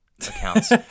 accounts